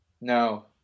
No